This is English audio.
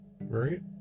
right